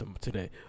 today